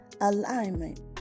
alignment